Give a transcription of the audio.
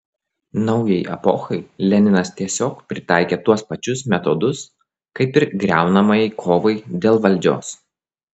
naujai epochai leninas tiesiog pritaikė tuos pačius metodus kaip ir griaunamajai kovai dėl valdžios